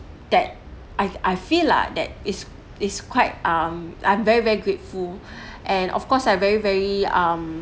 that I I feel lah that is is quite um I'm very very grateful and of course I very very um